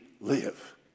live